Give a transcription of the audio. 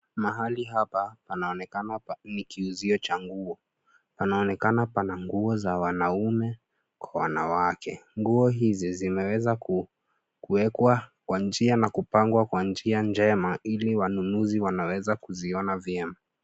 Mahali hapa panaonekana ni kiuzio cha nguo. Panaonekana pana nguo za wanaume kwa wanawake. Nguo hizi zimeweza kuwekwa kw njia na kupangwa kwa njia njema ili wanunuzi wanaweza kuziona vyema.